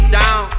down